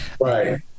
right